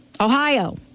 Ohio